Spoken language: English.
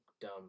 dumb